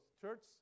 church